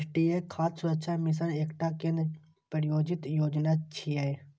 राष्ट्रीय खाद्य सुरक्षा मिशन एकटा केंद्र प्रायोजित योजना छियै